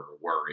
worry